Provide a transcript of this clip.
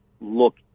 look